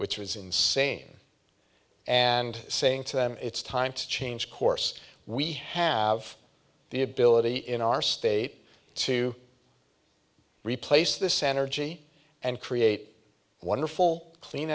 which was insane and saying to them it's time to change course we have the ability in our state to replace this energy and create wonderful clean